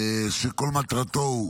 שכל מטרתו הוא